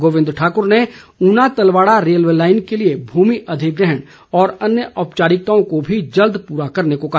गोविंद ठाकुर ने Una Talwara railway line के लिए भूमि अधिग्रहण और अन्य औपचारिकताओं को भी जल्द पूरा करने को कहा